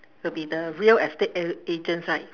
will be the real estate a~ agents right